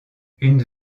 une